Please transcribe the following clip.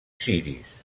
ciris